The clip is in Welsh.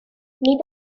nid